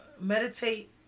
meditate